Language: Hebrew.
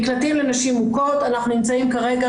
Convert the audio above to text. מקלטים לנשים מוכות אנחנו נמצאים כרגע